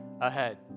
ahead